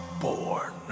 born